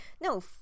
no